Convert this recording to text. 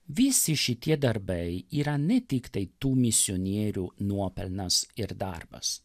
visi šitie darbai yra ne tiktai tų misionierių nuopelnas ir darbas